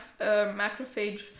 macrophage